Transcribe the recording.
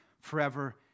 forever